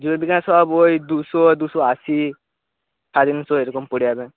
জীবনবিজ্ঞানের সব বইয়ে দুশো দুশো আশি সাড়ে তিনশো এরকম পড়ে যাবে